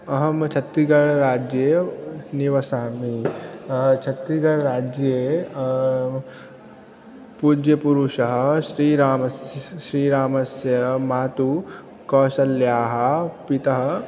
अहं छत्तिगड् राज्ये निवसामि छत्तिगड् राज्ये पूज्यपुरुषः श्रीरामस् श्रीरामस्य मातुः कौशल्यायाः पिता